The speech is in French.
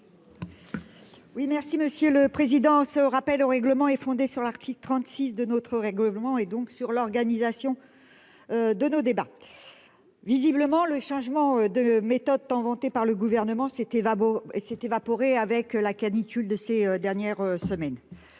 règlement. Monsieur le président, mon rappel au règlement se fonde sur l'article 36 de notre règlement et porte sur l'organisation des débats. Visiblement, le changement de méthode tant vanté par le Gouvernement s'est évaporé avec la canicule de ces dernières semaines.